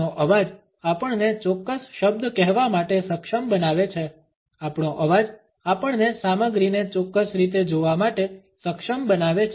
આપણો અવાજ આપણને ચોક્કસ શબ્દ કહેવા માટે સક્ષમ બનાવે છે આપણો અવાજ આપણને સામગ્રીને ચોક્કસ રીતે જોવા માટે સક્ષમ બનાવે છે